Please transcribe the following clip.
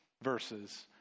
Verses